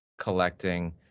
collecting